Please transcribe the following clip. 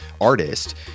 artist